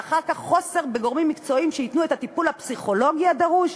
ואחר כך חוסר בגורמים מקצועיים שייתנו את הטיפול הפסיכולוגי הדרוש.